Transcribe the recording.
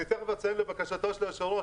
אני תיכף אציין לבקשתו של היושב-ראש